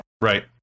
Right